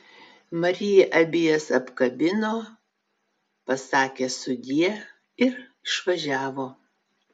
marija abi jas apkabino pasakė sudie ir išvažiavo